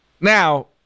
now